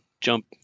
jump